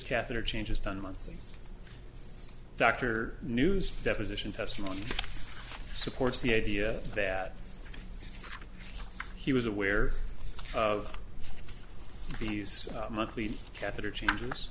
catheter changes done months dr news deposition testimony supports the idea that he was aware of these monthly catheter changes